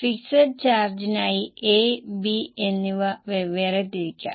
fixed ചാർജിനായി A B എന്നിവ വെവ്വേറെ തിരിക്കുക